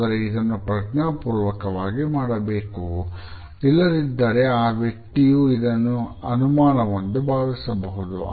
ಆದರೆ ಇದನ್ನು ಪ್ರಜ್ಞಾಪೂರ್ವಕವಾಗಿ ಮಾಡಬೇಕು ಇಲ್ಲದಿದ್ದರೆ ಆ ವ್ಯಕ್ತಿಯು ಇದನ್ನು ಅವಮಾನವೆಂದು ಭಾವಿಸಬಹುದು